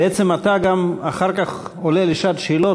בעצם אתה גם עולה אחר כך לשעת שאלות.